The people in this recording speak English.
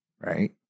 right